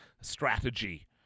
strategy